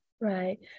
right